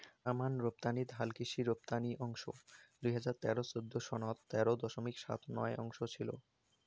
আমান রপ্তানিত হালকৃষি রপ্তানি অংশ দুই হাজার তেরো চৌদ্দ সনত তেরো দশমিক সাত নয় শতাংশ ছিল